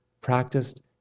practiced